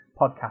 podcast